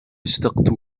اشتقت